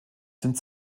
sind